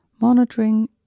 monitoring